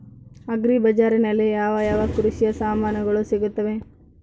Agri ಬಜಾರಿನಲ್ಲಿ ಯಾವ ಯಾವ ಕೃಷಿಯ ಸಾಮಾನುಗಳು ಸಿಗುತ್ತವೆ?